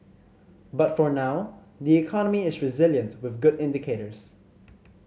but for now the economy is resilient with good indicators